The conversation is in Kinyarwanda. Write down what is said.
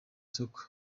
soko